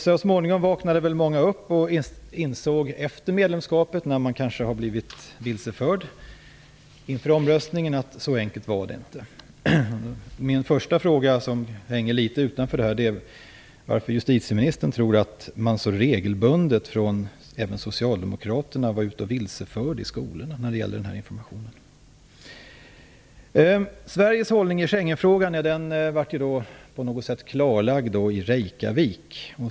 Så småningom vaknade många upp, och efter medlemskapet insåg man att det inte var så enkelt. Man hade kanske blivit vilseförd inför folkomröstningen. Min första fråga ligger litet grand utanför interpellationen. Varför tror justitieministern att även socialdemokraterna så regelbundet var ute i skolorna och vilseförde när det gällde den här informationen? Sveriges hållning i Schengenfrågan var på något sätt klarlagd i Reykjavik.